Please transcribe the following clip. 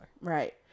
Right